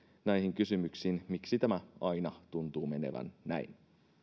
näihin kysymyksiin miksi tämä aina tuntuu menevän näin